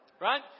Right